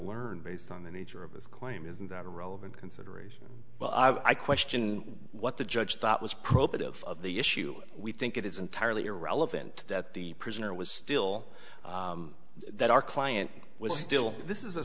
learn based on the nature of this claim isn't that a relevant consideration well i i question what the judge thought was probative of the issue we think it is entirely irrelevant that the prisoner was still that our client was still this is a